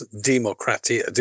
democracy